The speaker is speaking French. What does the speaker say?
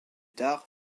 tard